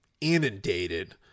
inundated –